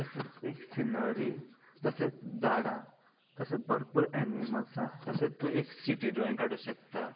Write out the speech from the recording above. तशेच एक सिनरी तशेच झाडां तशे भरपूर एनिमल्स आसा तशे तूं एक सिटी ड्रॉईंग काडू शकता